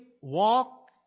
walk